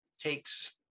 takes